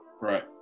Right